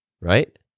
right